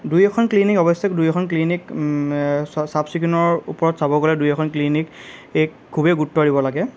দুই এখন ক্লিনিক অৱশ্যে দুই এখন ক্লিনিক চাফ চিকুণৰ ওপৰত চাব গ'লে দুই এখন ক্লিনিক খুবেই গুৰুত্ব দিব লাগে